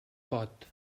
pot